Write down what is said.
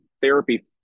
therapy